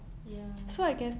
ya